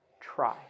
try